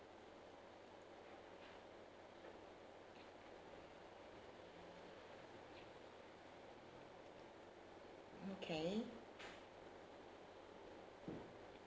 okay